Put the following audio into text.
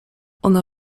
ona